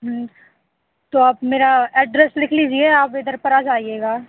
हूं तो आप मेरा एड्रेस लिख लीजिए आप इधर पर आ जाइएगा